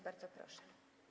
Bardzo proszę.